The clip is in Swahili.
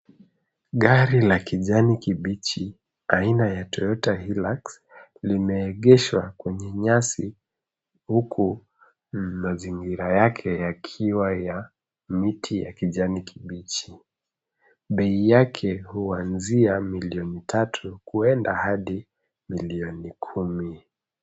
Gari la kijani kibichi, aina ya Toyota Hilux, limeegeshwa kwenye nyasi huku mazingira yake yakiwa ya miti ya kijani kibichi. Bei yake huanzia milioni tatu kuenda hadi milioni kumi.